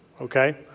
okay